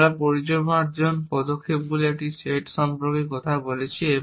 আমরা পরিমার্জন পদক্ষেপগুলির একটি সেট সম্পর্কে কথা বলছি